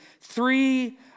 Three